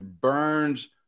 burns